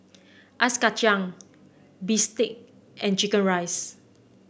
Ice Kachang Bistake and chicken rice